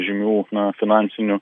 žinių na finansinių